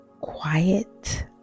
quiet